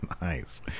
Nice